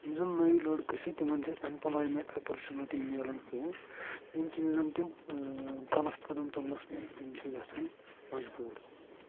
یِم زَن نٔے لڑکہٕ چھِ تِمَن چھِنہٕ ایٚمپلایمؠنٛٹ اپرچُنِٹی مِلان کینٛہہ ییٚمۍ کِنۍ زَن تِم غلط قدم تُلنَس منٛز کِنۍ چھِ گژھان مجبوٗر